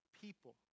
people